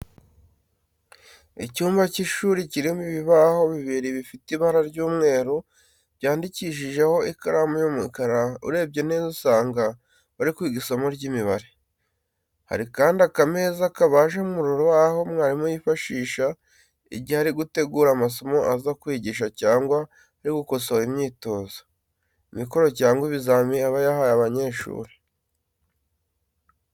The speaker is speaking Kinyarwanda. Icyumba cy'ishuri kirimo ibibaho bibiri bifite ibara ry'umweru, byandikishijweho ikaramu y'umukara, urebye neza usanga bari kwiga isomo ry'imibare. Hari kandi akameza kabaje mu rubaho mwarimu yifashisha igihe ari gutegura amasomo aza kwigisha cyangwa ari gukosora imyitozo, imikoro cyangwa ibizami aba yahaye abanyeshuri.